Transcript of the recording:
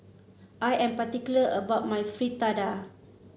I am particular about my Fritada